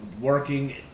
working